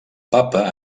papa